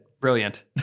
Brilliant